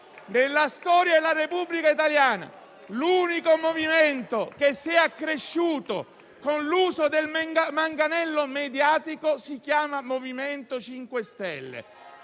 nella storia della Repubblica italiana. L'unico movimento che è cresciuto con l'uso del manganello mediatico si chiama MoVimento 5 Stelle.